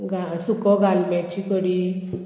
गा सुको गालम्याची कडी